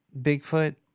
Bigfoot